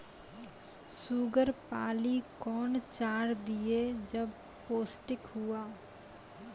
Sugar पाली कौन चार दिय जब पोस्टिक हुआ?